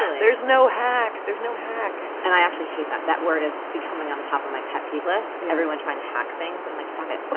there's no hack. there's no hack. and i actually hate that. that word is becoming on the top of my pet peeve list, and everyone trying to hack things. and i'm like, stop it,